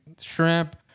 shrimp